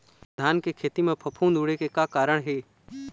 धान के खेती म फफूंद उड़े के का कारण हे?